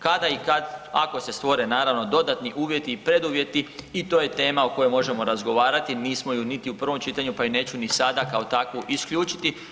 Kada i kad ako se stvore naravno dodatni uvjeti i preduvjeti i to je tema o kojoj možemo razgovarati, nismo ju niti u prvom čitanju, pa ju neću ni sada kao takvu isključiti.